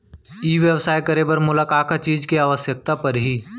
ई व्यवसाय करे बर मोला का का चीज के आवश्यकता परही?